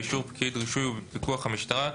באישור פקיד רישוי ובפיקוח המשטרה,